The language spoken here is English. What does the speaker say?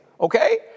okay